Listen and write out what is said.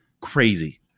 crazy